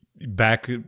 back